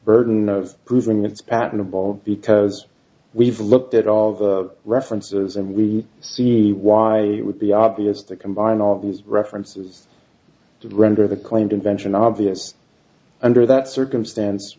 burden of proving it's patentable because we've looked at all the references and we see why it would be obvious to combine all these references to render the claimed invention obvious under that circumstance